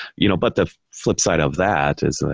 you know? but the flip side of that is like,